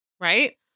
Right